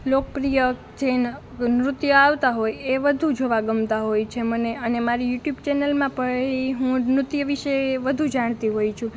લોકપ્રિય જે નૃત્યો આવતા હોય એ વધુ જોવાં ગમતાં હોય છે મને અને મારી જે યૂ ટ્યૂબ ચેનલ પણ ઈ હું નૃત્ય વિશે વધુ જાણતી હોઈ છું